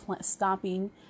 stopping